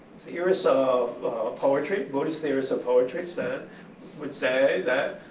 theorists of poetry, buddhist theorists of poetry said would say that,